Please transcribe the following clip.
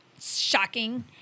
Shocking